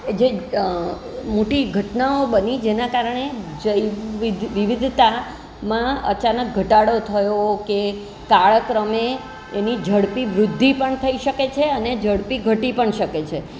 એ જે મોટી ઘટનાઓ બની જેના કારણે જૈવ વિધ વિવિધતામાં અચાનક ઘટાડો થયો કે કાળક્રમે એની ઝડપી વૃદ્ધિ પણ થઈ શકે છે અને ઝડપી ઘટી પણ શકે છે